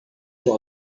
you